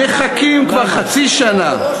מחכים כבר חצי שנה, סליחה, אדוני.